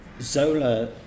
Zola